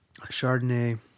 Chardonnay